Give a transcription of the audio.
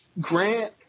Grant